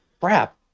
crap